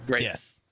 yes